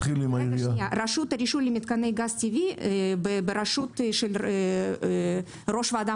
רשות הרישוי למתקני גז טבעי בראשות ראש ועדה